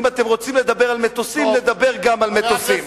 אם אתם רוצים לדבר על מטוסים, נדבר גם על מטוסים.